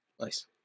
Nice